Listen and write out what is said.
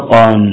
on